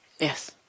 Yes